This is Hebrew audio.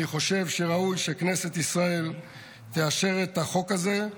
אני חושב שראוי שכנסת ישראל תאשר את החוק הזה,